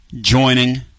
joining